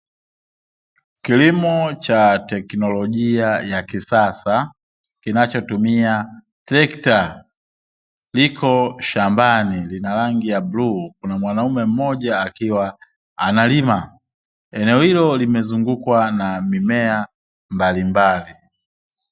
Kilimo cha teknolojia ya kisasa kinachotumia trekta, liko shambani lina rangi ya bluu kuna mwanaume mmoja akiwa analima, eneo hilo limezungukwa na mimea mbalimbali.